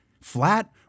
flat